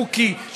חוקי,